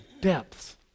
depths